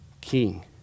king